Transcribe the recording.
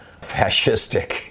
fascistic